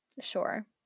sure